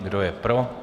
Kdo je pro?